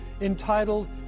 entitled